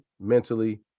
Mentally